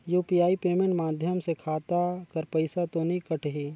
UPI payment माध्यम से खाता कर पइसा तो नी कटही?